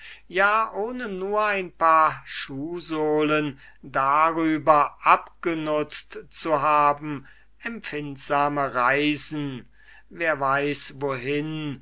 ja ohne nur ein paar schuhsohlen darüber abgenutzt zu haben empfindsame reisen wer weiß wohin